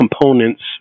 components